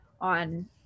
on